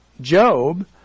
Job